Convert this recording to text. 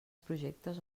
projectes